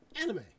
anime